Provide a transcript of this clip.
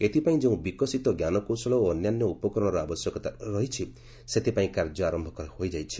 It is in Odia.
ଏଥିପାଇଁ ଯେଉଁ ବିକଶିତ ଜ୍ଞାନକୌଶଳ ଓ ଅନ୍ୟାନ୍ୟ ଉପକରଣର ଆବଶ୍ୟକତା ରହିଛି ସେଥିପାଇଁ କାର୍ଯ୍ୟ ଆରମ୍ଭ ହୋଇଯାଇଛି